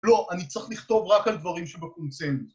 לא, אני צריך לכתוב רק על דברים שבקונצנזוס